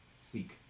seek